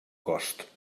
cost